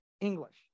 English